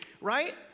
right